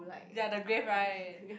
ya the grave right